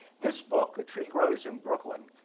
this book, a tree grows in brooklyn,